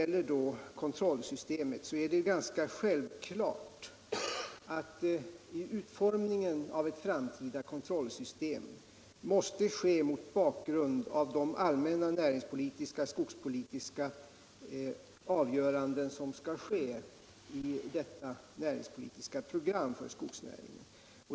Det är ganska självklart att utformningen av ett framtida kontrollsystem måste ske mot bakgrund av de allmänna näringspolitiska och skogspolitiska avgöranden som skall träffas i det näringspolitiska programmet för skogsnäringen.